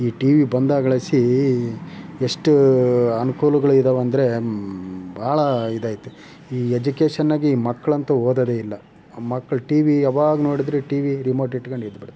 ಈ ಟಿವಿ ಬಂದಾಗಳಿಸಿ ಈ ಎಷ್ಟು ಅನುಕೂಲಗಳು ಇದ್ದಾವೆಂದ್ರೆ ಭಾಳ ಇದೈತೆ ಈ ಎಜುಕೇಶನಾಗಿ ಮಕ್ಳು ಅಂತೂ ಓದೋದೇ ಇಲ್ಲ ಆ ಮಕ್ಕಳು ಟಿವಿ ಯಾವಾಗ ನೋಡಿದ್ರು ಟಿವಿ ರಿಮೋಟ್ ಇಟ್ಕೊಂಡು ಇದ್ಬಿಡು